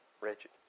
wretched